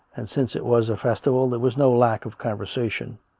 and since it was a festival, there was no lack of conversation.